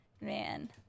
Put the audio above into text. Man